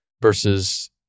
versus